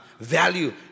value